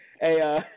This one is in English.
Hey